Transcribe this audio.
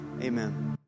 Amen